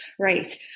Right